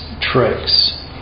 tricks